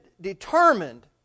determined